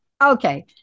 Okay